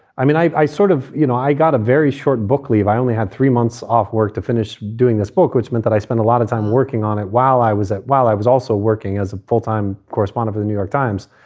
i mean, i i sort of you know, i got a very short book leave. i only had three months off work to finish doing this book, which meant that i spent a lot of time working on it while i was at while i was also working as a full time correspondent, the new york times,